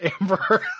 Amber